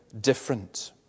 different